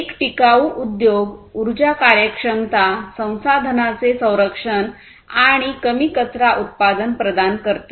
एक टिकाऊ उद्योग ऊर्जा कार्यक्षमता संसाधनांचे संरक्षण आणि कमी कचरा उत्पादन प्रदान करते